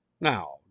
Now